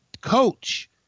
coach